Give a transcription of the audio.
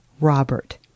Robert